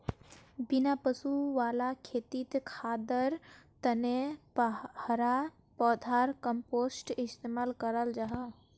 बिना पशु वाला खेतित खादर तने हरा पौधार कम्पोस्ट इस्तेमाल कराल जाहा